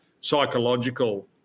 psychological